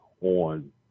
on